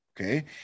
Okay